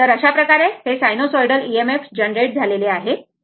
तर अशाप्रकारे हे साइनोसॉइडल EMF जनरेट झालेले आहे